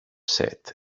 set